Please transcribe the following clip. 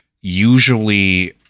usually